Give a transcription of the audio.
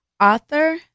author